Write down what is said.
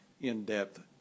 in-depth